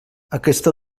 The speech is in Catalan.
aquesta